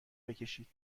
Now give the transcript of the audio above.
بکشید